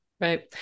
Right